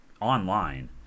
online